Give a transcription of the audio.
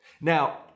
Now